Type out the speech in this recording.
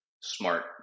smart